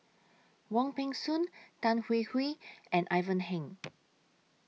Wong Peng Soon Tan Hwee Hwee and Ivan Heng